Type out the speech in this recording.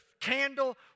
candle